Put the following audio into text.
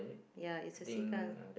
ya it's a seagull